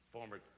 Former